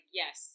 yes